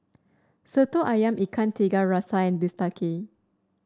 soto ayam Ikan Tiga Rasa and bistake